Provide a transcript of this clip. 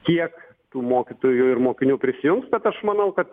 kiek tų mokytojų ir mokinių prisijungs bet aš manau kad